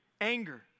anger